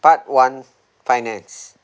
part one finance